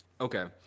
Okay